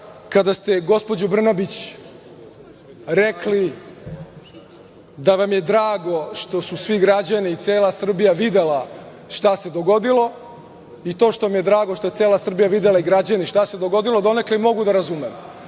kada ste, gospođo Brnabić, rekli da vam je drago što su svi građani i cela Srbija videli šta se dogodila i to što vam je drago što je cela Srbija videla i građani šta se dogodilo donekle i mogu da razumem.